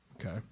Okay